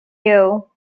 you